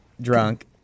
drunk